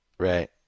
Right